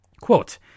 Quote